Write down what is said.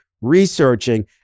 researching